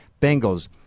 Bengals